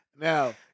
Now